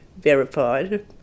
verified